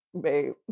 Babe